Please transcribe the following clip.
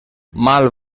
mal